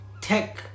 Tech